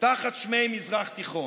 תחת שמי מזרח תיכון.